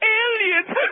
aliens